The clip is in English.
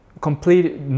Complete